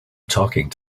talking